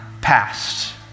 past